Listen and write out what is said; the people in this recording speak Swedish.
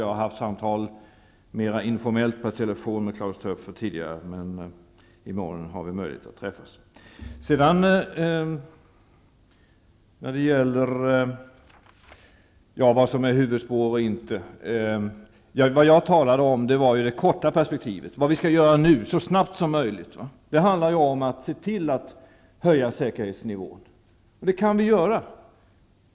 Jag har tidigare haft informella samtal med Klaus Töpfer per telefon men i morgon har vi möjlighet att träffas. Sedan har vi frågan om huvudspår eller inte. Jag talade om det korta perspektivet, dvs. vad vi skall göra nu så snabbt som möjligt. Säkerhetsnivån måste höjas. Det går att göra.